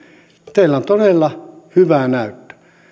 teillä on todella hyvä näyttö